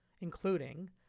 including